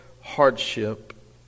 hardship